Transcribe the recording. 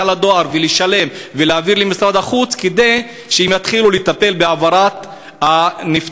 לדואר ולשלם ולהעביר למשרד החוץ כדי שהם יתחילו לטפל בהעברת המנוחה.